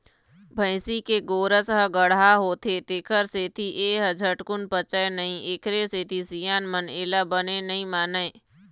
भइसी के गोरस ह गाड़हा होथे तेखर सेती ए ह झटकून पचय नई एखरे सेती सियान मन एला बने नइ मानय